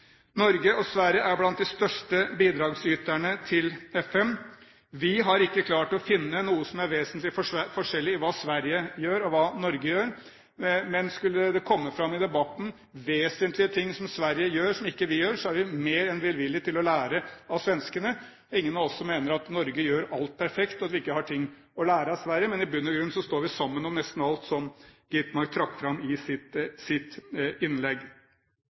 Norge og Sverige er blant de største bidragsyterne til FN. Vi har ikke klart å finne noen vesentlig forskjell på det Sverige gjør, og det Norge gjør. Men skulle det komme fram i debatten vesentlige ting som Sverige gjør, som vi ikke gjør, er vi mer enn villig til å lære av svenskene. Det er ingen av oss som mener at Norge gjør alt perfekt, at vi ikke har noe å lære av Sverige, men i bunn og grunn står vi sammen om nesten alt, som Skovholt Gitmark trakk fram i sitt innlegg.